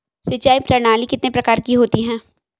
सिंचाई प्रणाली कितने प्रकार की होती हैं?